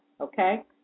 okay